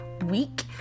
week